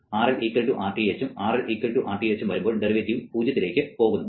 RL Rth ഉം RL Rth ഉം വരുമ്പോൾ ഡെറിവേറ്റീവ് പൂജ്യത്തിലേക്ക് പോകുന്നു